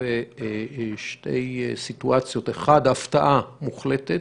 ששילב שתי סיטואציות: (1) הפתעה מוחלטת.